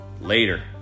Later